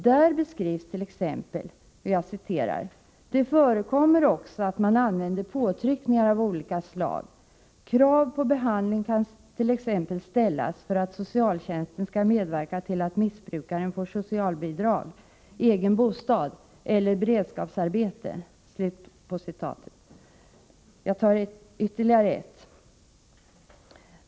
Där ges t.ex. följande beskrivning: ”Det förekommer också att man använder påtryckningar av olika slag. Krav på behandling kan t.ex. ställas för att socialtjänsten skall medverka till att missbrukaren får socialbidrag, egen bostad eller beredskapsarbete.